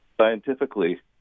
scientifically